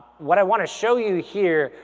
what i wanna show you here,